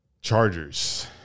Chargers